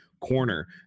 Corner